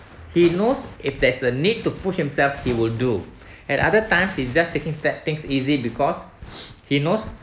he knows if there's a need to push himself he will do at other times it's just taking that things easy because he knows